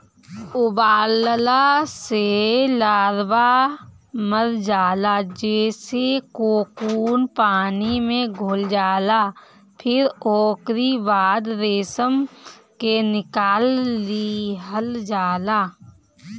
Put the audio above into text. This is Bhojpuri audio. उबालला से लार्वा मर जाला जेसे कोकून पानी में घुल जाला फिर ओकरी बाद रेशम के निकाल लिहल जाला